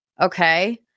Okay